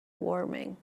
warming